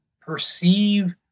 perceive